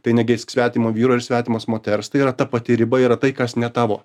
tai negeisk svetimo vyro ir svetimos moters tai yra ta pati riba yra tai kas ne tavo